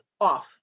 off